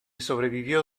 sobrevivió